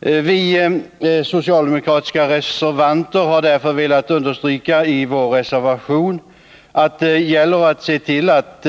Vi socialdemokrater i utskottet har i vår reservation velat understryka att det gäller att se till att